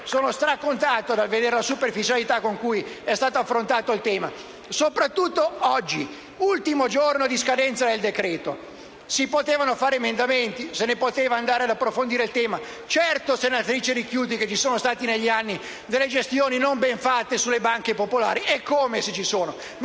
sono strabiliato dal vedere la superficialità con cui è stato affrontato il tema, soprattutto oggi, nel giorno di scadenza del decreto-legge. Si potevano esaminare gli emendamenti e si poteva approfondire il tema. Certo, senatrice Ricchiuti, è vero che ci sono state negli anni delle gestioni non ben fatte sulle banche popolari, eccome se ci sono